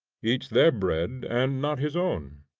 eats their bread and not his own?